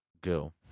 go